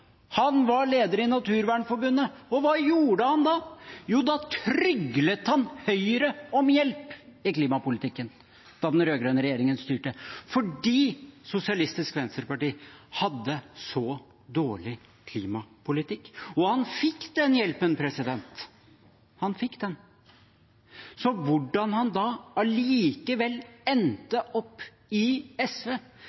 Han var leder i Naturvernforbundet. Hva gjorde han da? Jo, han tryglet Høyre om hjelp i klimapolitikken da den rød-grønne regjeringen styrte, fordi Sosialistisk Venstreparti hadde så dårlig klimapolitikk. Og han fikk den hjelpen – han fikk den. Hvordan han allikevel